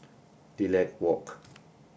Lilac Walk